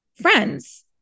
friends